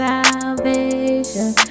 Salvation